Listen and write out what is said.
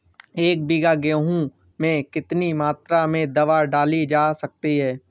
एक बीघा गेहूँ में कितनी मात्रा में दवा डाली जा सकती है?